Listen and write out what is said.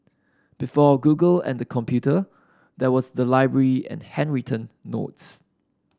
before Google and the computer there was the library and handwritten notes